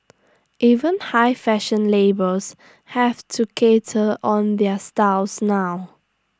even high fashion labels have to cater on their styles now